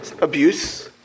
abuse